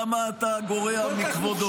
למה אתה גורע מכבודו?